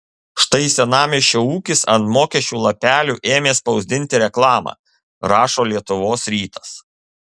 štai senamiesčio ūkis ant mokesčių lapelių ėmė spausdinti reklamą rašo lietuvos rytas